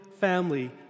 family